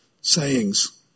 sayings